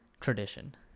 tradition